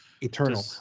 Eternal